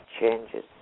changes